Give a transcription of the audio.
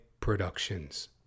Productions